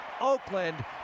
Oakland